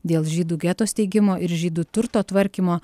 dėl žydų geto steigimo ir žydų turto tvarkymo